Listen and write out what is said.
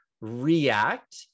react